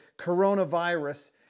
coronavirus